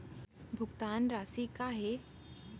भुगतान राशि का हे?